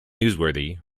newsworthy